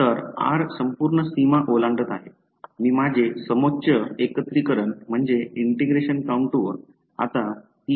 तर r संपूर्ण सीमा ओलांडत आहे जी माझे समोच्च एकत्रीकरण आहे आता ती या सेगमेंटमध्ये येत आहे